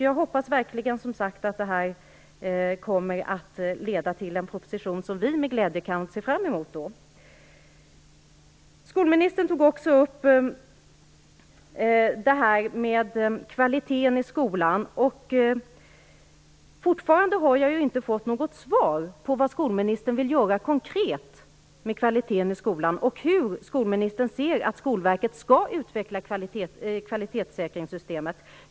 Jag hoppas som sagt att det här kommer att leda till en proposition som vi med glädje kan se fram emot. Skolministern berörde också kvaliteten i skolan. Jag har fortfarande inte fått något svar på frågan vad skolministern vill göra konkret med kvaliteten i skolan och hur skolministern anser att Skolverket skall utveckla kvalitetssäkringssystemet.